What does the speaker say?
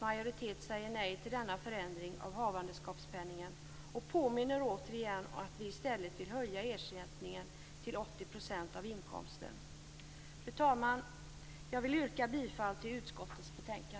majoritet i utskottet säger nej till denna förändring av havandeskapspenningen och påminner återigen om att vi i stället vill höja ersättningen till 80 % av inkomsten. Fru talman! Jag yrkar bifall till hemställan i utskottets betänkande.